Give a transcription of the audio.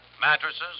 Mattresses